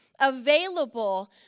Available